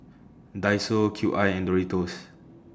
Daiso Cube I and Doritos